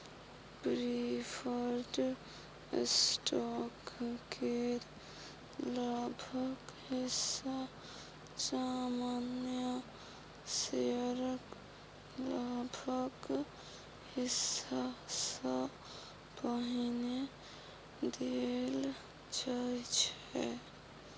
preferred stock केर लाभक हिस्सा सामान्य शेयरक लाभक हिस्सा सँ पहिने देल जाइ छै